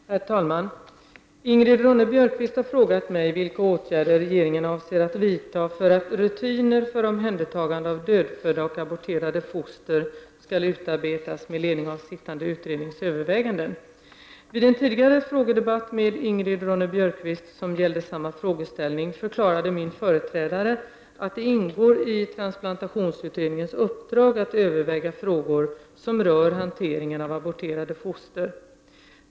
Herr talman! Ingrid Ronne-Björkqvist har frågat mig vilja åtgärder regeringen avser att vidta för att rutiner för omhändertagande av dödfödda och aborterade foster skall utarbetas med ledning av sittande utrednings övervä Vid en tidigare frågedebatt med Ingrid Ronne-Björkqvist som gällde samma frågeställning förklarade min företrädare att det ingår i transplantationsutredningens uppdrag att överväga frågor som rör hanteringen av aborterade foster.